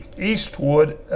Eastwood